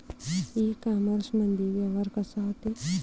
इ कामर्समंदी व्यवहार कसा होते?